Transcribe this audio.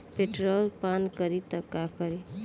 Petrol पान करी त का करी?